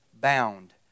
Bound